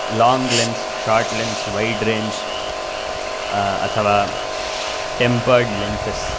long lens short lens wide range अथवा tempered lenses